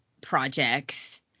projects